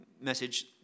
message